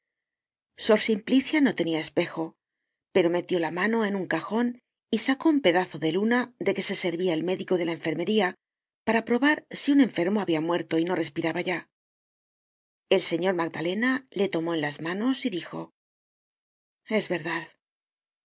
sor simplicia no tenia espejo pero metió la mano en un cajon y sacó un pedazo de luna de que se servia el médico de la enfermería para probar si un enfermo habia muerto y no respiraba ya el señor magdalena le tomó en las manos y dijo es verdad